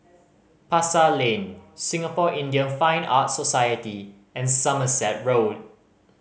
Pasar Lane Singapore Indian Fine Arts Society and Somerset Road